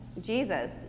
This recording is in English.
Jesus